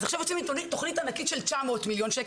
אז עכשיו יוצאים עם תוכנית ענקית של 900 מיליון שקל